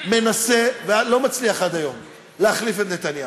מנסה ולא מצליח, עד היום, להחליף את נתניהו,